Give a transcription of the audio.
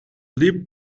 lip